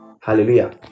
Hallelujah